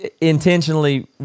intentionally